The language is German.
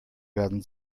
werden